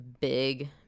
big